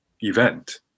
event